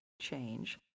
Change